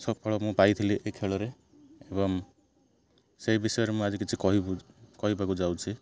ସଫଳ ମୁଁ ପାଇଥିଲି ଏଇ ଖେଳରେ ଏବଂ ସେଇ ବିଷୟରେ ମୁଁ ଆଜି କିଛି କହିବାକୁ ଯାଉଛି